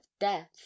death